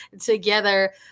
together